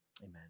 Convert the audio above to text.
Amen